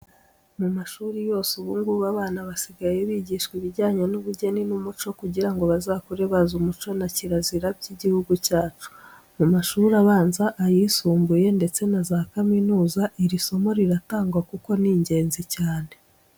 Mu mashuri yose ubu ngubu abana basigaye bigishwa ibijyanye n'ubugeni n'umuco kugira ngo bazakure bazi umuco na kirazira by'igihugu cyacu. Mu mashuri abanza, ayisumbuye ndetse na za kaminuza iri somo riratangwa kuko ni ingenzi cyane.